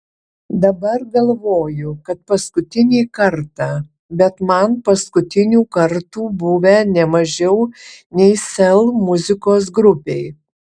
dabar galvoju kad paskutinį kartą bet man paskutinių kartų buvę ne mažiau nei sel muzikos grupei